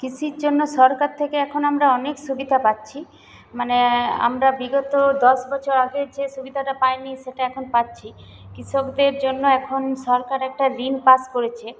কৃষির জন্য সরকার থেকে এখন আমরা অনেক সুবিধা পাচ্ছি মানে আমরা বিগত দশ বছর আগে যে সুবিধাটা পাইনি সেটা এখন পাচ্ছি কৃষকদের জন্য এখন সরকার একটা ঋণ পাশ করেছে